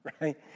right